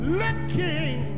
looking